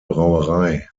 brauerei